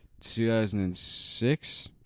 2006